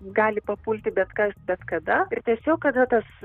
gali papulti bet kas bet kada ir tiesiog kada tas